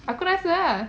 aku rasa ah